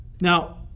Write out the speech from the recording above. Now